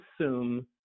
assume